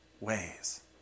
ways